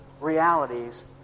realities